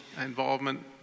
involvement